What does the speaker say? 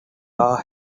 are